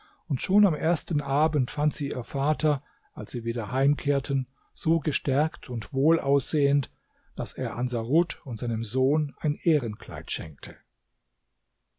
und schon am ersten abend fand sie ihr vater als sie wieder heimkehrten so gestärkt und wohl aussehend daß er ansarut und seinem sohn ein ehrenkleid schenkte